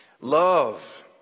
love